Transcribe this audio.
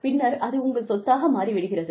பின்னர் அது உங்கள் சொத்தாக மாறி விடுகிறது